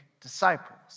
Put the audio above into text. disciples